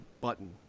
button